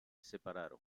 separaron